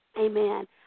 amen